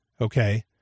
okay